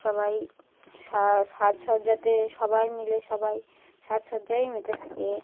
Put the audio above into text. সবাই স সাজসজ্জাতে সবাই মিলে সবাই সাজসজ্জায় মেতে থাকে